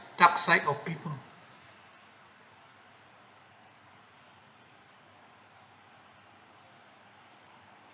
gap sai of it one